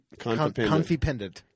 Confipendant